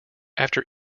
after